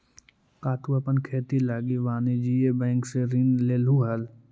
का तु अपन खेती लागी वाणिज्य बैंक से ऋण लेलहुं हल?